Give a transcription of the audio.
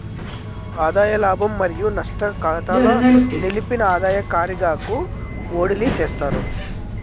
ఆదాయ లాభం మరియు నష్టం కాతాల నిలిపిన ఆదాయ కారిగాకు ఓడిలీ చేస్తారు